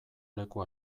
leku